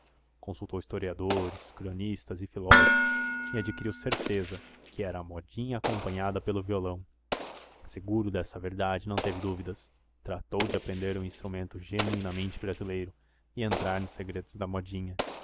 consultou historiadores cronistas e filósofos e adquiriu certeza que era a modinha acompanhada pelo violão seguro dessa verdade não teve dúvidas tratou de aprender o instrumento genuinamente brasileiro e entrar nos segredos da modinha